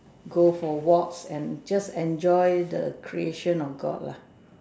go for walks and just enjoy the creation of God lah